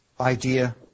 idea